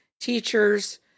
teachers